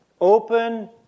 open